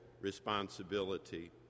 responsibility